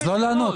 אז לא לענות?